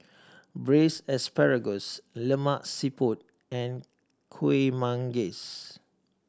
Braised Asparagus Lemak Siput and Kueh Manggis